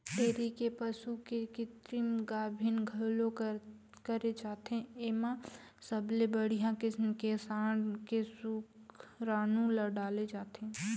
dairy के पसू के कृतिम गाभिन घलोक करे जाथे, एमा सबले बड़िहा किसम के सांड के सुकरानू ल डाले जाथे